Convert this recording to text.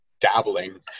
dabbling